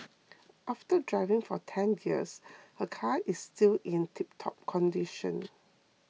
after driving for ten years her car is still in tiptop condition